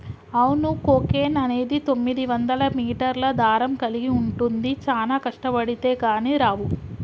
అవును కోకెన్ అనేది తొమ్మిదివందల మీటర్ల దారం కలిగి ఉంటుంది చానా కష్టబడితే కానీ రావు